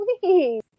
please